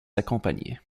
accompagner